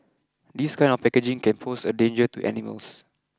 this kind of packaging can pose a danger to animals